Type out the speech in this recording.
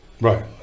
Right